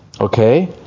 okay